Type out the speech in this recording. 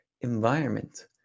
environment